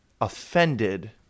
offended